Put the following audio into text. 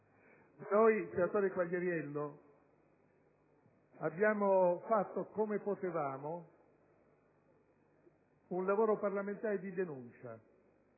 Noi, senatore Quagliariello, abbiamo fatto, come potevamo, un lavoro parlamentare di denuncia;